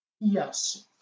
Yes